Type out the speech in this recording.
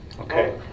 Okay